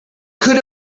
could